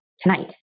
tonight